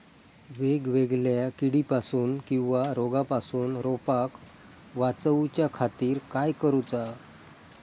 वेगवेगल्या किडीपासून किवा रोगापासून रोपाक वाचउच्या खातीर काय करूचा?